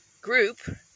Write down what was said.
group